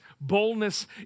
Boldness